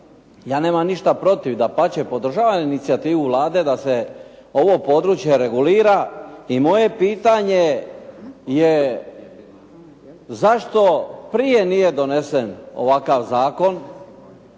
ja nemam ništa protiv, dapače podržavam inicijativu Vlade da se ovo područje regulira i moje pitanje je zašto prije nije donesen ovakav zakon.